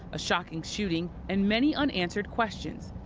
a shocking shooting, and many unanswered questions.